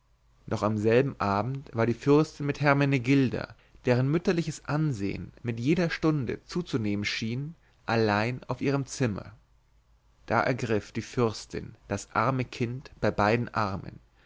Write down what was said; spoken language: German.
noch denselben abend war die fürstin mit hermenegilda deren mütterliches ansehn mit jeder stunde zuzunehmen schien allein auf ihrem zimmer da ergriff die fürstin das arme kind bei beiden armen